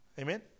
Amen